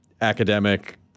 academic